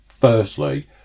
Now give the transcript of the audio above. Firstly